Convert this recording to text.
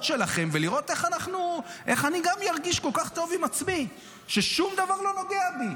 שלכם ולראות איך אני גם ארגיש כל כך טוב עם עצמי ששום דבר לא נוגע בי.